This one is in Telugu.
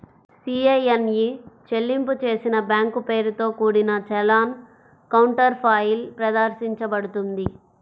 సి.ఐ.ఎన్ ఇ చెల్లింపు చేసిన బ్యాంక్ పేరుతో కూడిన చలాన్ కౌంటర్ఫాయిల్ ప్రదర్శించబడుతుంది